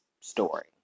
story